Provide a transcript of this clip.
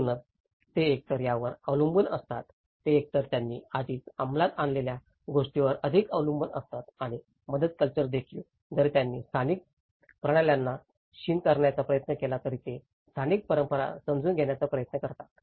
म्हणूनच ते एकतर यावर अवलंबून असतात ते एकतर त्यांनी आधीच अंमलात आणलेल्या गोष्टींवर अधिक अवलंबून असतात आणि मदत कल्चर देखील जरी त्यांनी स्थानिक प्रणाल्यांना क्षीण करण्याचा प्रयत्न केला तरी ते स्थानिक परंपरा समजून घेण्याचा प्रयत्न करतात